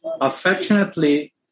Affectionately